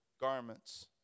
garments